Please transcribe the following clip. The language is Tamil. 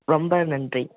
ரொம்ப நன்றி